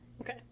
Okay